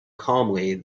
calmly